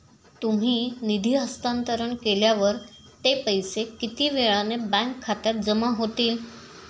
तुम्ही निधी हस्तांतरण केल्यावर ते पैसे किती वेळाने बँक खात्यात जमा होतील?